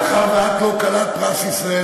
מאחר שאת לא כלת פרס ישראל,